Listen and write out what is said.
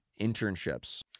internships